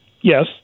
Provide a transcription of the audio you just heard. Yes